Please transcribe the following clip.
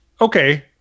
okay